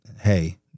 hey